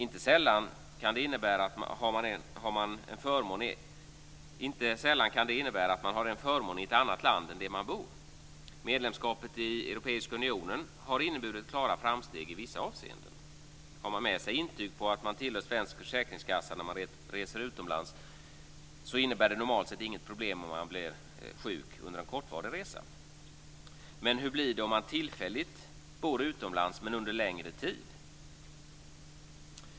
Inte sällan kan det innebära att man har en förmån i ett annat land än det där man bor. Medlemskapet i Europeiska unionen har inneburit klara framsteg i vissa avseenden. Har man med sig intyg på att man tillhör svensk försäkringskassa när man reser utomlands, innebär det normalt sett inget problem om man blir sjuk under en kortvarig resa. Men hur blir det om man tillfälligt bor utomlands men under en längre tid?